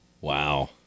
Wow